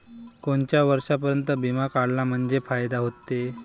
कोनच्या वर्षापर्यंत बिमा काढला म्हंजे फायदा व्हते?